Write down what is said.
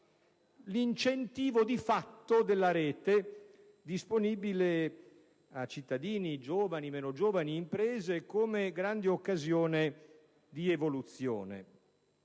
l'incentivo, di fatto, della rete disponibile ai cittadini, giovani meno giovani, ed alle imprese, come grande occasione di evoluzione.